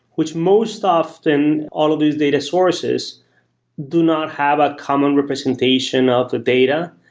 which most often all of these data sources do not have a common representation of a data,